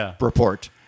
report